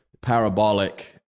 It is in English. parabolic